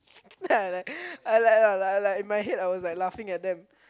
then I like I like in my head I was laughing at them